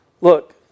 Look